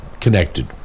connected